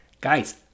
Guys